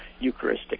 Eucharistic